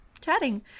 Chatting